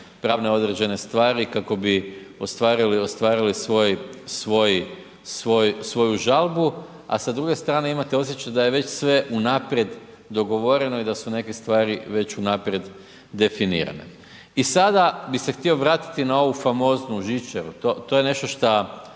pravne određene stvari kako bi ostvarili svoju žalbu. A sa druge strane imate osjećaj da je već sve unaprijed dogovoreno i da su neke stvari već unaprijed definirane. I sada bi se htio vratiti na ovu famoznu žičaru, to je nešto šta